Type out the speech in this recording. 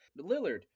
Lillard